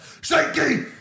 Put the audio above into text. Shaky